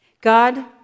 God